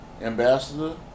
Ambassador